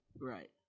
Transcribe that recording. Right